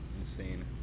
insane